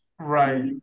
Right